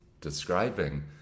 describing